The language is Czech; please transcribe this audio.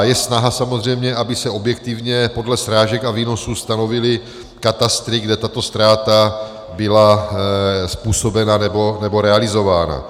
Je snaha samozřejmě, aby se objektivně podle srážek a výnosů stanovily katastry, kde tato ztráta byla způsobena nebo realizována.